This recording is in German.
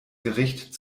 gericht